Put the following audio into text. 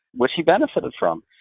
which he benefited from.